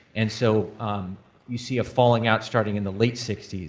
and so um you see a falling out starting in the late sixty s.